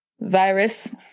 virus